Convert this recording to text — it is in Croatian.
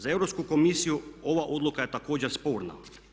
Za Europsku komisiju ova odluka je također sporna.